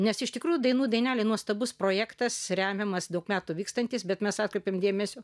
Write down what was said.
nes iš tikrųjų dainų dainelė nuostabus projektas remiamas daug metų vykstantis bet mes atkreipėme dėmesį